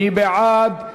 מי בעד?